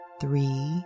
three